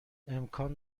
امکان